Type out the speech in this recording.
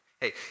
Hey